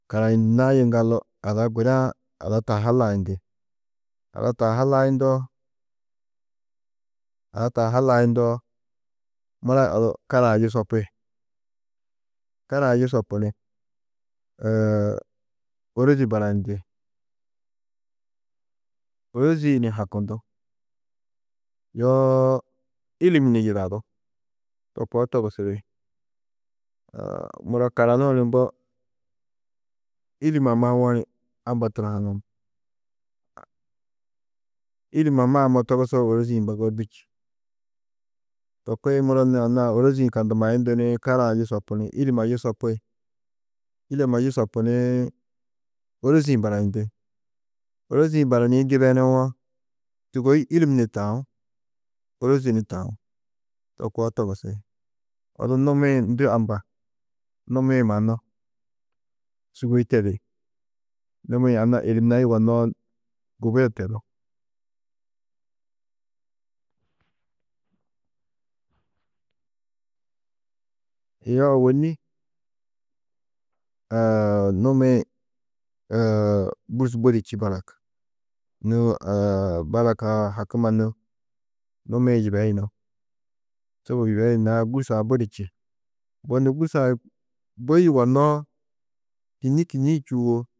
Karayindinãá yiŋgaldu ada guda-ã ada taa ha layindi, ada taa ha layindoo, ada taa ha layindoo mura odu kara-ã yusopi, kara-ã yusopu ni ôrozi barayindi. Ôrozi-ĩ ni hakundú, yoo îlim ni yidadú, to koo togusidi, muro karanuũ ni mbo îlimma mawo ni amba turo-ã na, îlimma maamo togusoo, ôrozi-ĩ mbozoo du čî. To kuĩ muro nû anna-ã ôrozi-ĩ kandamayundu ni kara-ã yusopu ni îlimma yusopi, îlimma yusopu ni ôrozi-ĩ barayindi, ôrozi-ĩ baranîĩ gibenuwo, sûgoi îlim ni taú, ôrozi ni taú, to koo togusi, odu numi-ĩ ndû amba? Numi-ĩ mannu sûgoi tedi, numi-ĩ anna îlimna yugonnoó gubia tedú. Yo ôwonni numi-ĩ gûrs budi čî balak, nû balak hakumma nû numi-ĩ yibeyunú. Sôbob yibeyinãá gûrs-ã budi čî, mbo nû gûrs-ã bui yugonnoó, kînni kînniĩ čûwo